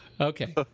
Okay